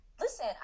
listen